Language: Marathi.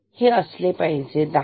हे असायला पाहिजे 10